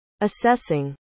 Assessing